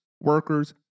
workers